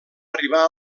arribar